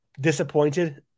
disappointed